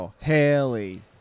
Haley